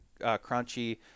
crunchy